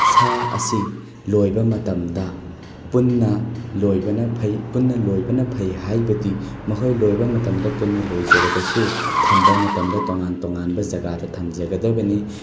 ꯁꯥ ꯑꯁꯤ ꯂꯣꯏꯕ ꯃꯇꯝꯗ ꯄꯨꯟꯅ ꯂꯣꯏꯕꯅ ꯐꯩ ꯄꯨꯟꯅ ꯂꯣꯏꯕꯅ ꯐꯩ ꯍꯥꯏꯕꯗꯤ ꯃꯈꯣꯏ ꯂꯣꯏꯕ ꯃꯇꯝꯗ ꯄꯨꯟꯅ ꯂꯣꯏꯖꯔꯕꯁꯨ ꯊꯝꯕ ꯃꯇꯝꯗ ꯇꯣꯉꯥꯟ ꯇꯣꯉꯥꯟꯕ ꯖꯒꯥꯗ ꯊꯝꯖꯒꯗꯕꯅꯤ